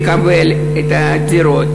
לקבל דירות.